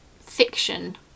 fiction